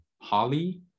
Holly